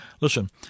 listen